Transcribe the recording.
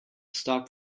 stop